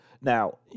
Now